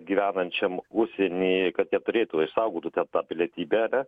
gyvenančiam užsieny kad jie turėtų išsaugotų ten tą pilietybę ane